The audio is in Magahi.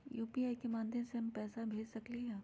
यू.पी.आई के माध्यम से हम पैसा भेज सकलियै ह?